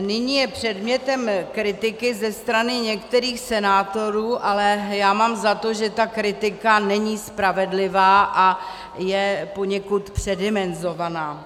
Nyní je předmětem kritiky ze strany některých senátorů, ale já mám za to, že ta kritika není spravedlivá a je poněkud předimenzovaná.